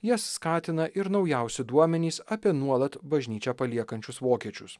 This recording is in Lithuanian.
jas skatina ir naujausi duomenys apie nuolat bažnyčią paliekančius vokiečius